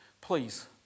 please